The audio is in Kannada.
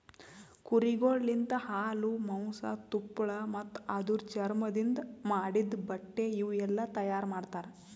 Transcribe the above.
ಕುರಿಗೊಳ್ ಲಿಂತ ಹಾಲು, ಮಾಂಸ, ತುಪ್ಪಳ ಮತ್ತ ಅದುರ್ ಚರ್ಮದಿಂದ್ ಮಾಡಿದ್ದ ಬಟ್ಟೆ ಇವುಯೆಲ್ಲ ತೈಯಾರ್ ಮಾಡ್ತರ